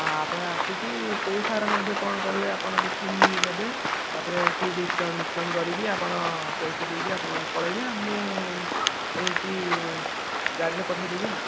ହଁ ଆପଣ ଆସିକି କେଉଁ ସାର ନେବେ କଣ କରିବେ ଆପଣ ଦେଖିକି ନେବେ ତାପରେ ଏଠି ଡିସ୍କାଉଣ୍ଟ୍ ଫିସ୍କାଉଣ୍ଟ୍ କରିକି ଆପଣ ପଇସା ଦେଇକି ଆପଣ ପଳେଇବେ ଆଉ ମୁଁ ନେଇକି ଗାଡ଼ିରେ ପଠେଇଦେବି ଆଉ